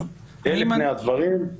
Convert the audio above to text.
אלה פני הדברים.